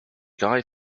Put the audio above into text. guy